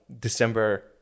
December